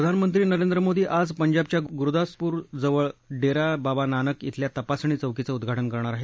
प्रधानमंत्री नरेंद्र मोदी आज पंजाबच्या गुरुदासपुर जवळ डेरा बाबा नानक इथल्या तपासणी चौकीचं उद्घाटन करणार आहेत